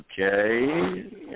Okay